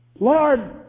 Lord